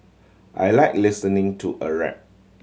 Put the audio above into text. I like listening to a rap